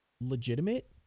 legitimate